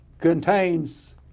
contains